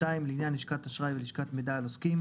לעניין לשכת אשראי ולשכת מידע על עוסקים,